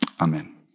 Amen